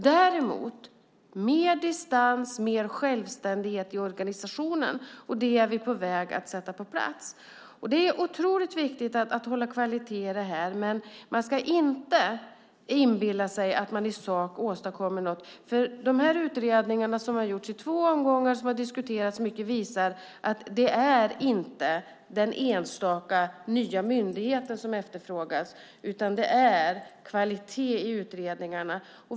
Däremot mer distans, mer självständighet i organisationen, och det är vi på väg att sätta på plats. Det är viktigt att hålla kvalitet i det här, men man ska inte inbilla sig att man i sak åstadkommer något med en särskild myndighet. De utredningar som har gjorts i två omgångar och som diskuterats mycket visar att det inte är en enstaka ny myndighet som efterfrågas utan kvalitet i utredningarna.